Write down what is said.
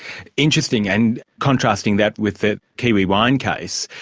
interesting. and contrasting that with the kiwi wine case,